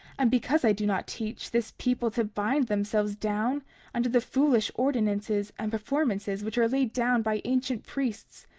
and because i do not teach this people to bind themselves down under the foolish ordinances and performances which are laid down by ancient priests,